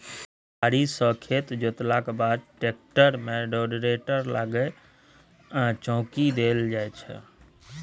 फारी सँ खेत जोतलाक बाद टेक्टर मे रोटेटर लगा चौकी देल जाइ छै